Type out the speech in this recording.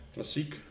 Klassiek